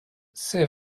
c’est